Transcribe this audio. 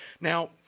Now